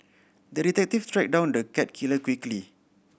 the detective tracked down the cat killer quickly